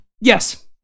Yes